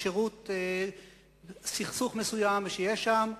בשירות סכסוך מסוים שיש שם,